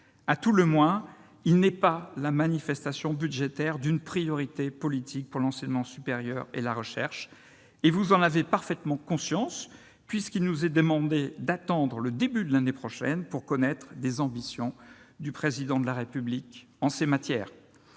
À tout le moins, il n'est pas la manifestation budgétaire d'une priorité politique en faveur de l'enseignement supérieur et de la recherche. Au reste, vous en avez parfaitement conscience, puisqu'il nous est demandé d'attendre le début de l'année prochaine pour connaître des ambitions du Président de la République en ces matières.